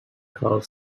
called